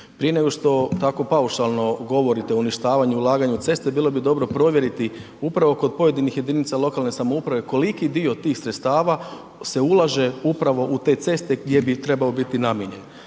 Prije nego što tako paušalno govorite o uništavanju, ulaganju u ceste bilo bi dobro provjeriti upravo kod pojedinih jedinica lokalne samouprave koliki dio tih sredstava se ulaže upravo u te ceste gdje bi trebao biti namijenjen.